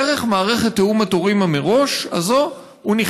דרך מערכת תיאום התורים מראש הזאת הוא בעצם